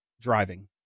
driving